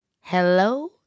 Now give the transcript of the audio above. hello